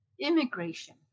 Immigration